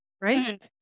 Right